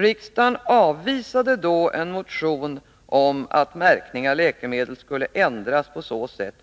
Riksdagen avvisade då en motion om att märkning av läkemedel skulle ändras på så sätt